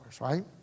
right